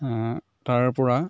তাৰ পৰা